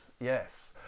yes